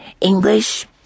English